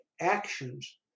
actions